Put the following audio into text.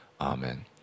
Amen